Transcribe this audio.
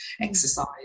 exercise